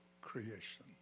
creation